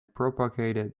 propagated